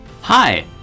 Hi